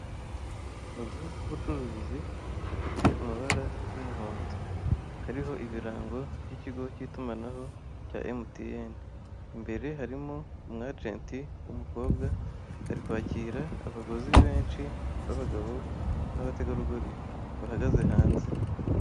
Akazu k'ubucuruzi gafite amabara y'umuhondo, kariho ibirango by'ikigo cy'itumanaho cya Emutiyeni, imbere harimo umwajenti w'umukobwa, ari kwakira abaguzi benshi b'abagabo n'abategarugori, bahagaze hanze.